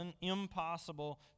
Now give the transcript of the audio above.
impossible